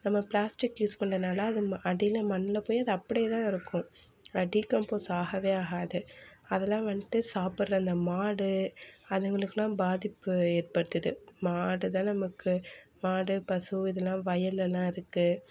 நம்ம plastic use பண்ணுறதுனால அது அடியில் மண்ணில் போய் அது அப்படியே தான் இருக்கும் அது டி கம்போஸ் ஆகவே ஆகாது அதல்லாம் வந்துட்டு சாப்புடுற அந்த மாடு அதுங்களுக்கு எல்லாம் பாதிப்பு ஏற்படுத்துது மாடு தான் நமக்கு மாடு பசு இதுலாம் வயல் எல்லாம் இருக்கு